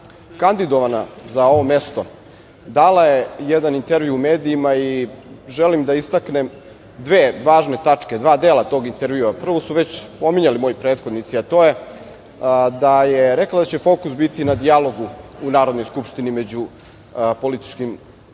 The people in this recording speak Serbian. kandidovana za ovo mesto, dala je jedan intervju u medijima i želim da istaknem dve važne tačke, dva dela tog intervjua. Prvo su već pominjali moji prethodnici, a to je da je rekla da će fokus biti na dijalogu u Narodnoj skupštini među političkim